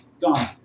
gone